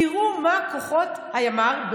תראו מה כוחות הימ"ר,